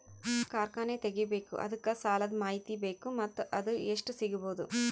ಕಾರ್ಖಾನೆ ತಗಿಬೇಕು ಅದಕ್ಕ ಸಾಲಾದ ಮಾಹಿತಿ ಬೇಕು ಮತ್ತ ಅದು ಎಷ್ಟು ಸಿಗಬಹುದು?